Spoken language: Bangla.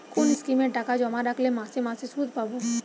কোন স্কিমে টাকা জমা রাখলে মাসে মাসে সুদ পাব?